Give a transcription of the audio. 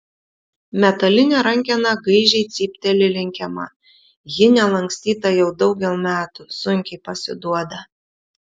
metalinė rankena gaižiai cypteli lenkiama ji nelankstyta jau daugel metų sunkiai pasiduoda